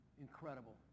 incredible